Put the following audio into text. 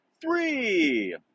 three